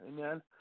Amen